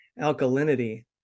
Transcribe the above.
alkalinity